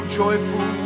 joyful